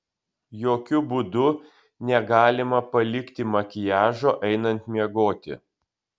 jokiu būdu negalima palikti makiažo einant miegoti